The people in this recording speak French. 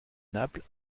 naples